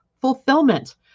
fulfillment